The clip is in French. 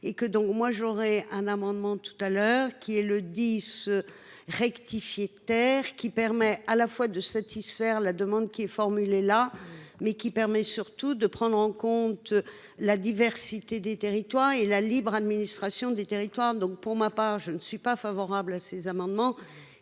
j'aurais un amendement tout à l'heure qu'il est le 10. Rectifier terre qui permet à la fois de satisfaire la demande qui est formulée là mais qui permet surtout de prendre en compte la diversité des territoires et la libre administration des territoires. Donc pour ma part je ne suis pas favorable à ces amendements